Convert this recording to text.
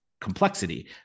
complexity